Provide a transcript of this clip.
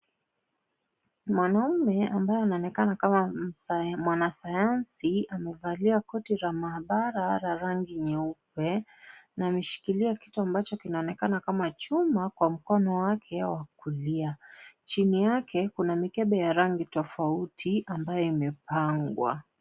Mwanaume ambaye anaonekana kama mwanasayansi amevalia koti la maabara la rangi nyeupe, na ameshikila kitu ambacho kinaonekana kama chuma kwa mkono wake wa kulia. Chini yake kuna mikebe ya rangi tofauti ambayo imepangwa.